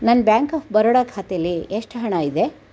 ನನ್ನ bank of Baroda ಖಾತೇಲಿ ಎಷ್ಟು ಹಣ ಇದೆ